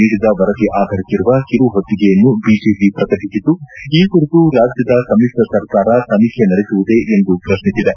ನೀಡಿದ ವರದಿ ಆಧರಿಸಿರುವ ಕಿರು ಹೊತ್ತಿಗೆಯನ್ನು ಬಿಜೆಪಿ ಪ್ರಕಟಿಸಿದ್ದು ಈ ಕುರಿತು ರಾಜ್ಞದ ಸಮಿತ್ರ ಸರ್ಕಾರ ತನಿಖೆ ನಡೆಸುವುದೇ ಎಂದು ಪ್ರಶ್ನಿಸಿದೆ